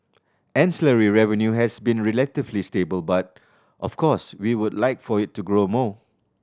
ancillary revenue has been relatively stable but of course we would like for it to grow more